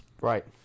Right